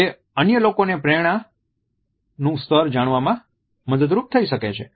તે અન્ય લોકોને પ્રેરણા સ્તર જાણવામાં મદદરૂપ થઈ શકે છે